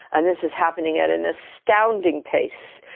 and this is happening at an astounding pace.